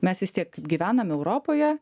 mes vis tiek gyvename europoje